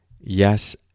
yes